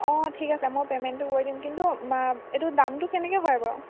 অঁ ঠিক আছে মই পে'মেণ্টটো কৰি দিম কিন্তু এইটোৰ দামটো কেনেকৈ হয় বাৰু